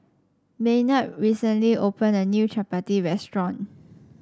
Maynard recently opened a new Chapati restaurant